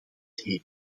heeft